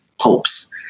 popes